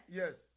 yes